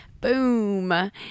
Boom